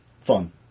fun